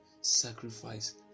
Sacrifice